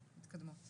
דיגום.